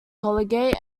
collegiate